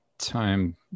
time